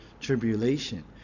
tribulation